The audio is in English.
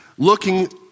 looking